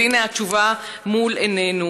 אז הינה התשובה מול עינינו.